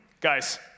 guys